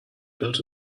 built